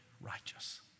righteous